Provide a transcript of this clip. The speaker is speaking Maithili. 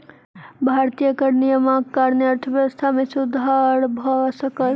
भारतीय कर नियमक कारणेँ अर्थव्यवस्था मे सुधर भ सकल